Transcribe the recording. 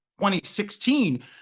2016